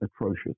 atrocious